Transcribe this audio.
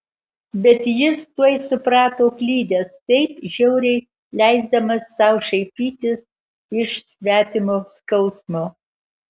bet jis tuoj suprato klydęs taip žiauriai leisdamas sau šaipytis iš svetimo skausmo